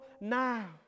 now